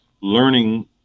learning